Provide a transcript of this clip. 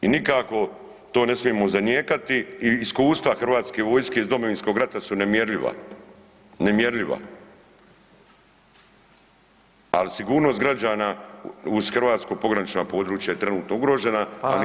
I nikako to ne smijemo zanijekati i iskustva hrvatske vojske iz Domovinskog rata su nemjerljiva, nemjerljiva, ali sigurnost građana uz hrvatska pogranična područja je trenutno ugrožena, a nije